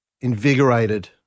invigorated